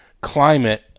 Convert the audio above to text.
climate